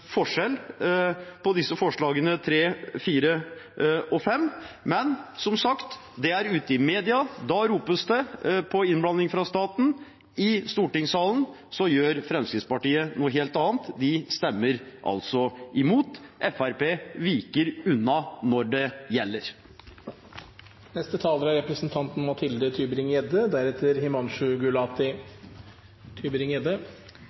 forskjell for disse forslagene, nr. 3, 4 og 5. Som sagt: Ute i media ropes det på innblanding fra staten, i stortingssalen gjør Fremskrittspartiet noe helt annet, de stemmer imot. Fremskrittspartiet viker unna når det